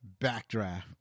Backdraft